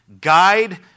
guide